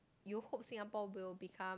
you hope Singapore will become